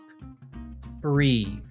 Breathe